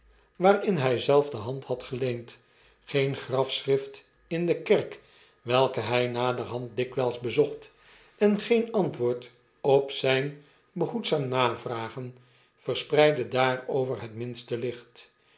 waarin hij zelf de hand had geleend geen grafschrift in de kerk welke hy naderhand dikwijls bezocht en geen antwoord op zyn behoedzaam navragen verspreidde daarover het minste licht